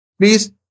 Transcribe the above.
Please